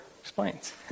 explains